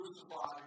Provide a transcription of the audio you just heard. crucified